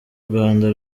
rwanda